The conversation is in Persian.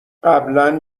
قبلا